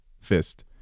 fist